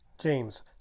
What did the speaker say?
James